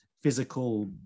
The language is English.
physical